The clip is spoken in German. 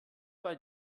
bei